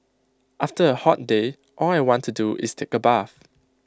after A hot day all I want to do is take A bath